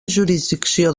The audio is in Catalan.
jurisdicció